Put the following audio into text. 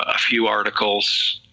ah few articles,